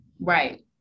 right